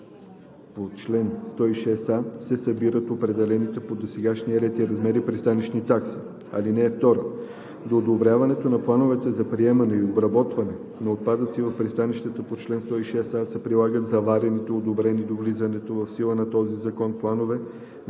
по чл. 106а се събират определените по досегашния ред и размер пристанищни такси. (2) До одобряването на плановете за приемане и обработване на отпадъци в пристанищата по чл. 106а се прилагат заварените одобрени до влизането в сила на този закон планове